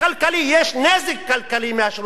יש נזק כלכלי מהשירות האזרחי.